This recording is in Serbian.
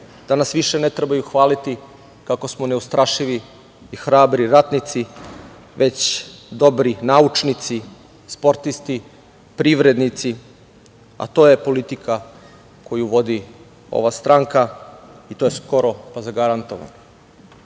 Da nas više ne trebaju hvaliti kako smo neustrašivi i hrabri ratnici, već dobri naučnici, sportisti, privrednici, a to je politika koju vodi ova stranka i to je skoro pa zagarantovano. Danas